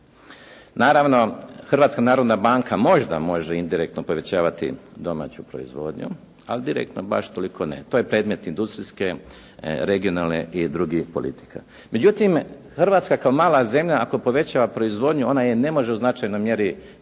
Naravno, Hrvatska narodna banka možda može indirektno povećavati domaću proizvodnju, ali direktno baš toliko ne. To je predmet industrijske, regionalne i drugih politika. Međutim, Hrvatska kao mala zemlja ako povećava proizvodnju onda je ne može u značajnoj mjeri